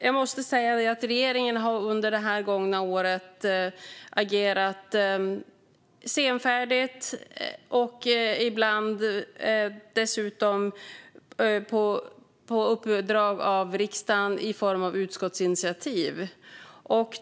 Jag måste säga att regeringen under det gångna året har agerat senfärdigt och dessutom ibland på uppdrag av riksdagen i form av utskottsinitiativ.